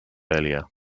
earlier